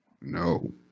no